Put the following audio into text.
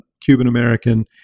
Cuban-American